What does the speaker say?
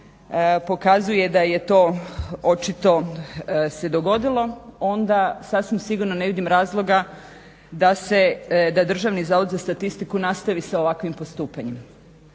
pokazuje da je to očito se dogodilo, onda sasvim sigurno ne vidim razloga da se, da je Državni zavod za statistiku nastavi sa ovakvim postupanjem.